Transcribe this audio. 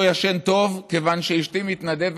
אני לילות לא ישן טוב כיוון שאשתי מתנדבת